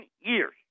years